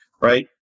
right